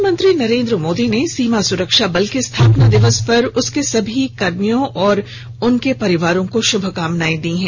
प्रधानमंत्री नरेंद्र मोदी ने सीमा सुरक्षा बल के स्थापना दिवस पर उसके सभी कार्मिकों और उनके परिवारों को शभकामनाएं दीं